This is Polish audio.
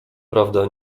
prawda